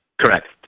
Correct